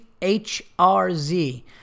HRZ